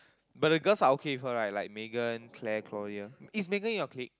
but the girls are okay with her right like Megan Clare Claudia is Megan in your clique